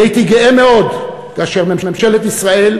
אני הייתי גאה מאוד כאשר ממשלת ישראל